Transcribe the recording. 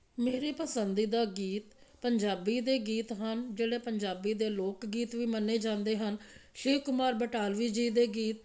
ਮੇਰੇ ਪਸੰਦੀਦਾ ਗੀਤ ਪੰਜਾਬੀ ਦੇ ਗੀਤ ਹਨ ਜਿਹੜੇ ਪੰਜਾਬੀ ਦੇ ਲੋਕ ਗੀਤ ਵੀ ਮੰਨੇ ਜਾਂਦੇ ਹਨ ਸ਼ਿਵ ਕੁਮਾਰ ਬਟਾਲਵੀ ਜੀ ਦੇ ਗੀਤ